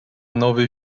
nowy